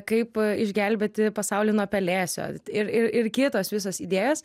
kaip išgelbėti pasaulį nuo pelėsio ir ir ir kitos visos idėjos